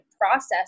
process